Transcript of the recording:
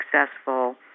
successful